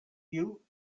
you